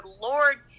Lord